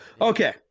Okay